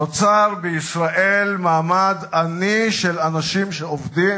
נוצר בישראל מעמד עני של אנשים שעובדים,